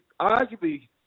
arguably